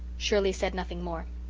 shirley said nothing more.